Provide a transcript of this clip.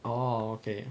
oh okay